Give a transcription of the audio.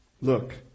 Look